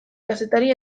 kazetari